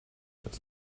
das